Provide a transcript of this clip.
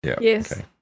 Yes